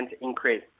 increase